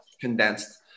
condensed